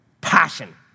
passion